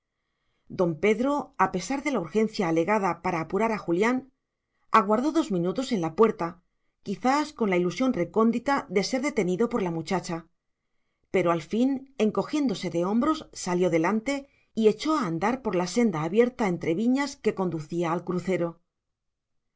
don pedro a pesar de la urgencia alegada para apurar a julián aguardó dos minutos en la puerta quizás con la ilusión recóndita de ser detenido por la muchacha pero al fin encogiéndose de hombros salió delante y echó a andar por la senda abierta entre viñas que conducía al crucero